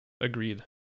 Agreed